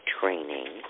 training